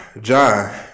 John